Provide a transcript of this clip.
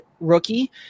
rookie